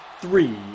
Three